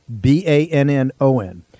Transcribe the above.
B-A-N-N-O-N